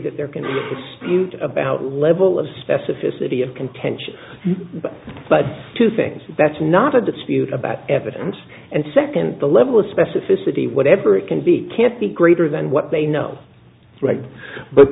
that there can explain about level of specificity of contention but two things that's not a dispute about evidence and second the level of specificity whatever it can be can't be greater than what they know right but